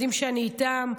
יודעות שאני איתן.